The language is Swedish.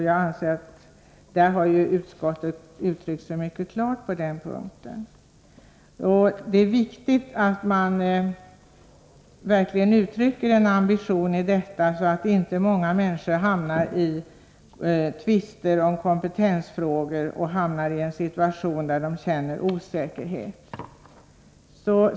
Jag anser att utskottet har uttryckt sig mycket klart på denna punkt. Det är viktigt att man verkligen uttrycker en ambition på denna punkt, så att inte många människor hamnar i kompetenstvister och i situationer där de känner osäkerhet.